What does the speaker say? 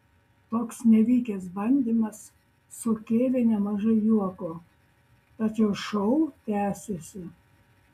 toks nevykęs bandymas sukėlė nemažai juoko tačiau šou tęsėsi